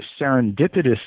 serendipitous